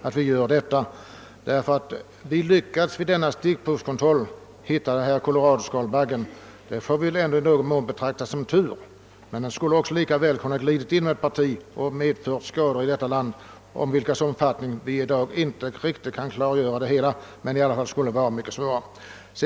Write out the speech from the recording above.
Det får väl i någon mån betraktas som rena turen att vi vid en stickprovskontroll lyckades hitta denna koloradoskalbagge; den hade ju lika gärna kun nat glida in i ett parti, som inte blivit undersökt, och förblivit oupptäckt, varigenom den kunnat medföra skadeverkningar på grödan i vårt land, om vilkas omfattning vi i dag inte kan göra oss en föreställning men som — det vet vi — skulle kunnat bli synnerligen svåra. ra.